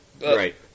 Right